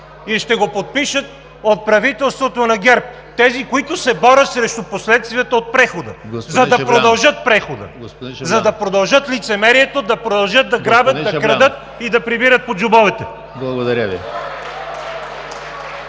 И ще го подпишат от правителството на ГЕРБ – тези, които се борят срещу последствията от прехода, за да продължат прехода, за да продължат лицемерието, да продължат да грабят, да крадат и да прибират по джобовете! (Ръкопляскания